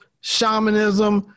shamanism